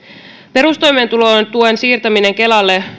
perustoimeentulotuen siirtämiselle kelalle